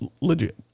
Legit